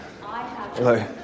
Hello